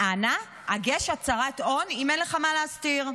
אנא הגש הצהרת הון, אם אין לך מה להסתיר.